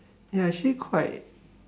ya actually quite